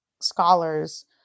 scholars